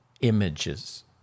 images